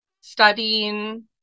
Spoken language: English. studying